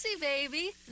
baby